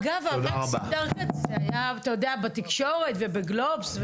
אגב מקרה מקסים דרקץ היה בתקשורת ובגלובס.